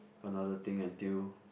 another thing until